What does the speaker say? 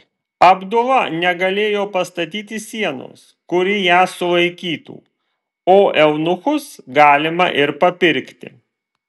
abdula negalėjo pastatyti sienos kuri ją sulaikytų o eunuchus galima ir papirkti